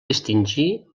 distingir